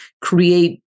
create